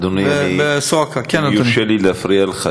אדוני, אם יורשה לי להפריע לך.